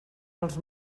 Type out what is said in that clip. els